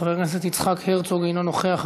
חבר הכנסת יצחק הרצוג, אינו נוכח.